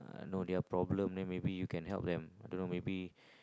I know their problem then maybe you can help them I don't know maybe